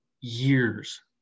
years